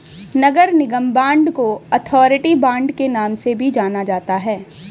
नगर निगम बांड को authority bond के नाम से भी जाना जाता है